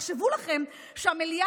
תחשבו לכם שהמליאה,